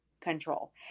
control